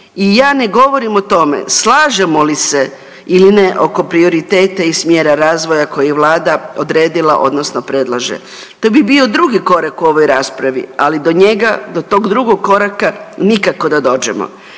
I ja ne govorim o tome slažemo li se ili ne oko prioriteta i smjera razvoja koji je vlada odredila odnosno predlaže. To bi bio drugi korak u ovoj raspravi, ali do njega, do tog drugog koraka nikako da dođemo.